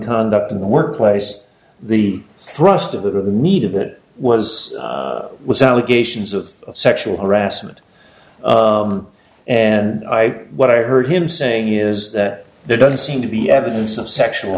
conduct in the workplace the thrust of the meat of it was was allegations of sexual harassment and i what i heard him saying is that there doesn't seem to be evidence of sexual